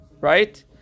Right